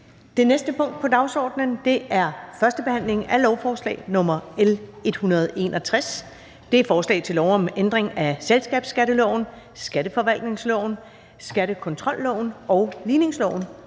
Det næste punkt på dagsordenen er: 19) 1. behandling af lovforslag nr. L 161: Forslag til lov om ændring af selskabsskatteloven, skatteforvaltningsloven, skattekontrolloven og ligningsloven.